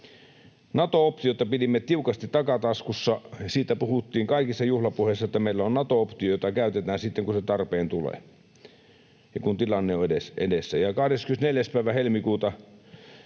Nato-optiota pidimme tiukasti takataskussa. Siitä puhuttiin kaikissa juhlapuheissa, että meillä on Nato-optio, jota käytetään sitten kun tarve tulee ja kun tilanne on edessä. Vuosi